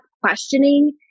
questioning